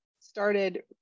started